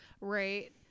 Right